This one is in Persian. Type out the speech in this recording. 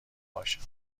باشد